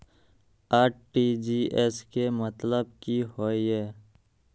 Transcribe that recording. RTGS के मतलब की होय ये?